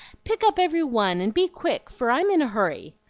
pick up every one, and be quick, for i'm in a hurry.